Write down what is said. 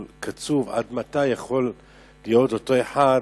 קצוב, עד מתי יכול להיות אותו אחד,